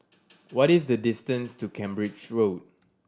what is the distance to Cambridge Road